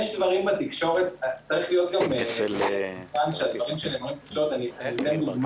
יש דברים בתקשורת --- אני אתן דוגמה